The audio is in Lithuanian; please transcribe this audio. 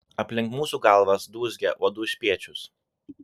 aplink mūsų galvas dūzgia uodų spiečius